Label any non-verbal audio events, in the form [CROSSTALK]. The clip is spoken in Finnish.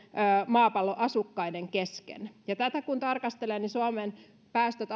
maapallon asukkaiden kesken tätä kun tarkastelee niin suomen päästöt [UNINTELLIGIBLE]